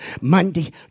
Monday